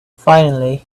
finally